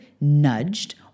nudged